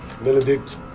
Benedict